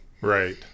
right